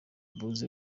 buze